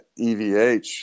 EVH